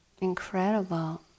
incredible